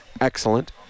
excellent